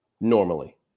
normally